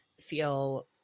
feel